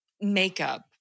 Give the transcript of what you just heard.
makeup